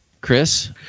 Chris